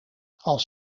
als